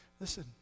Listen